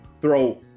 throw